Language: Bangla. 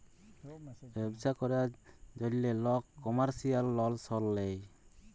ব্যবছা ক্যরার জ্যনহে লক কমার্শিয়াল লল সল লেয়